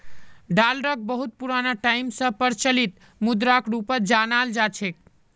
डालरक बहुत पुराना टाइम स प्रचलित मुद्राक रूपत जानाल जा छेक